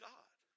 God